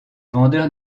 vendeur